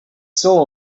soul